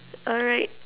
alright